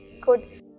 good